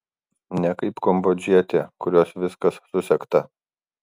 ne kaip kambodžietė kurios viskas susegta